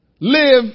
live